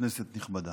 כנסת נכבדה,